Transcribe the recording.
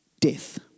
death